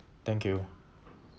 thank you